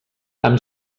amb